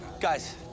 guys